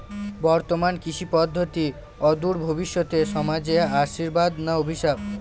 বর্তমান কৃষি পদ্ধতি অদূর ভবিষ্যতে সমাজে আশীর্বাদ না অভিশাপ?